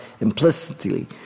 implicitly